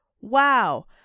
Wow